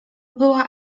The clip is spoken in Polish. była